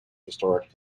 historic